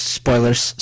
spoilers